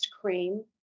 cream